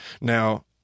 Now